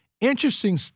Interesting